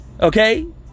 Okay